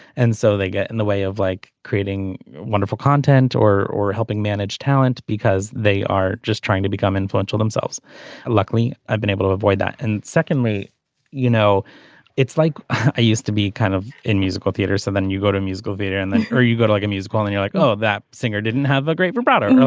and so they get in the way of like creating wonderful content or or helping manage talent because they are just trying to become influential themselves. and luckily i've been able to avoid that. and secondly you know it's like i used to be kind of in musical theater so then you go to musical theater and then you go to like him who's calling you like oh that singer didn't have a great vibrato.